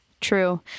True